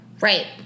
Right